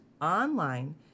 online